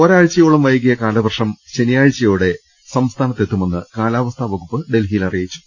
ഒരാഴ്ചയോളം വൈകിയ കാലവർഷം ശനിയാഴ്ചയോടെ സംസ്ഥാനത്തെത്തുമെന്ന് കാലാവസ്ഥാവകുപ്പ് ഡൽഹിയിൽ അറിയിച്ചു